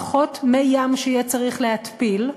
פחות מי ים שיהיה צריך להתפיל,